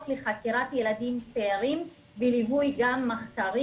לחקירת ילדים צעירים בליווי גם מחקרי,